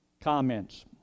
comments